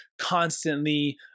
constantly